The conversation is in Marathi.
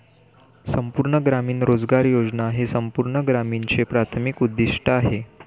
संपूर्ण ग्रामीण रोजगार योजना हे संपूर्ण ग्रामीणचे प्राथमिक उद्दीष्ट आहे